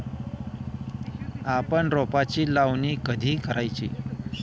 आपण रोपांची लावणी कधी करायची?